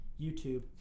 YouTube